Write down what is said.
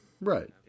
Right